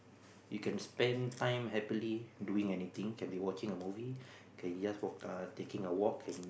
you can spend time happily doing anything can be watching a movie can you just walk uh taking a walk can be